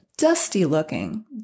dusty-looking